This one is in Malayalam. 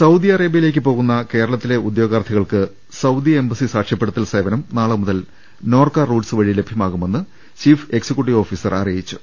സൌദി അറേബൃയിലേക്ക് പോകുന്ന കേരളത്തിലെ ഉദ്യോഗാർഥി കൾക്ക് സൌദി എംബസി സാക്ഷ്യപ്പെടുത്തൽ സേവനം നാളെ മുതൽ നോർക്കാ റൂട്ട്സ് വഴി ലഭ്യമാവുമെന്ന് ചീഫ് എക്സിക്യൂ ട്ടീവ് ഓഫീസർ അറിയിച്ചു